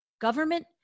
government